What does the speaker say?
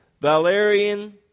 Valerian